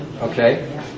okay